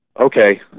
okay